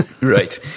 Right